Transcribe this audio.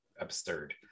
absurd